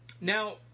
Now